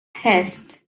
hurst